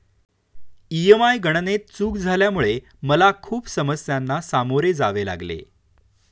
EMI गणनेत चूक झाल्यामुळे मला खूप समस्यांना सामोरे जावे लागले